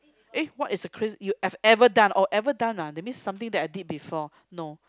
eh what is the craz~ you have ever done or ever done ah that mean that something that I did before no